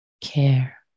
care